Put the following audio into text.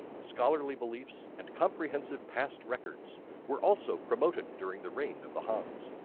scholarly beliefs and comprehensive past records were also promoted during the reign of the hans.